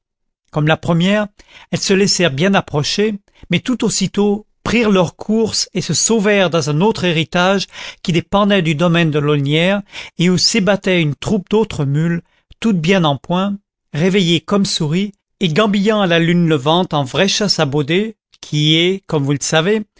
comme la première elles se laissèrent bien approcher mais tout aussitôt prirent leur course et se sauvèrent dans un autre héritage qui dépendait du domaine de l'aulnières et où s'ébattait une troupe d'autres mules toutes bien en point réveillées comme souris et gambillant à la lune levante en vraie chasse à baudet qui est comme vous savez